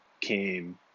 came